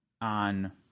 on